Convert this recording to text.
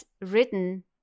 written